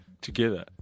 Together